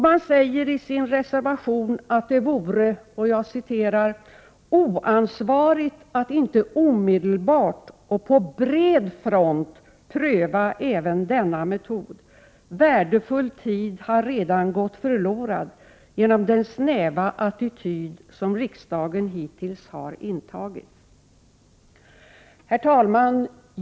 Man säger i reservationen att det vore ”oansvarigt att inte omedelbart och på bred front pröva även denna metod. Värdefull tid har redan gått förlorad genom den snäva attityd som riksdagen hittills har intagit.” Herr talman!